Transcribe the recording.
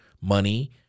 money